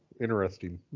Interesting